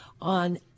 on